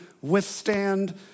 withstand